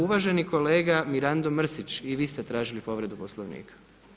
Uvaženi kolega Mirando Mrsić i vi ste tražili povredu Poslovnika.